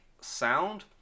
sound